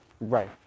right